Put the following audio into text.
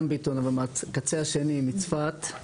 גם ביטון אבל מהקצה השני, מצפת.